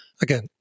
again